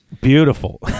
Beautiful